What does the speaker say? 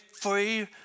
free